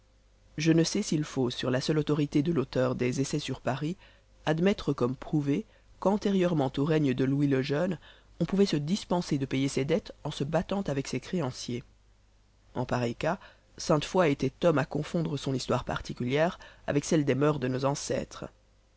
je ne sais s'il faut sur la seule autorité de l'auteur des essais sur paris admettre comme prouvé qu'antérieurement au règne de louis le jeune on pouvait se dispenser de payer ses dettes en se battant avec ses créanciers en pareil cas sainte foix était homme à confondre son histoire particulière avec celle des moeurs de nos ancêtres